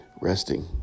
Resting